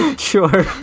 Sure